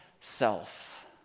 self